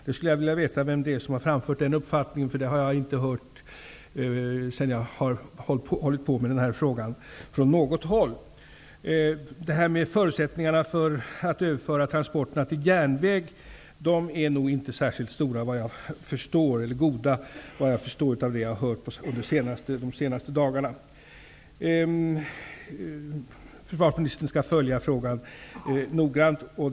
Jag skulle vilja veta vem som har framfört den uppfattningen. Jag har inte hört något sådant från något håll så länge jag har arbetat med denna fråga. Förutsättningarna för att överföra transporterna till järnväg är vad jag förstår inte särskilt goda. Jag tycker att det är bra att försvarsministern skall följa frågan noggrant.